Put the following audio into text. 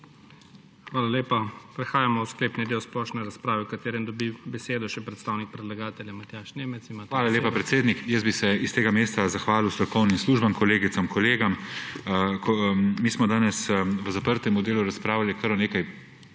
Hvala lepa. Prehajamo v sklepni del splošne razprave, v katerem dobi besedo še predstavnik predlagatelja. Matjaž Nemec, imate besedo. MATJAŽ NEMEC (PS SD): Hvala lepa, predsednik. Jaz bi se s tega mesta zahvalil strokovnim službam, kolegicam, kolegom. Mi smo danes v zaprtem delu razpravljali o kar nekaj